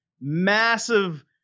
massive